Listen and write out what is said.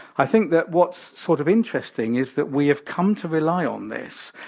i think that what's sort of interesting is that we have come to rely on this,